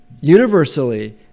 universally